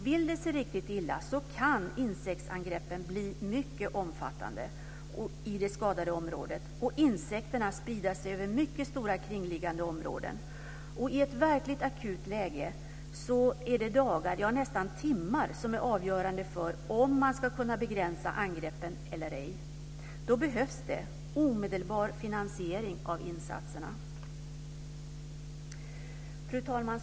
Vill det sig riktigt illa kan insektsangreppen bli mycket omfattande i det skadade området och insekterna sprida sig över mycket stora kringliggande områden. I ett verkligt akut läge är det dagar, ja, nästan timmar, som är avgörande för om man ska kunna begränsa angreppen eller ej. Då behövs det omedelbar finansiering av insatserna. Fru talman!